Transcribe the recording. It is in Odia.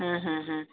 ହଁ ହଁ ହଁ